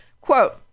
quote